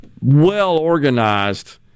well-organized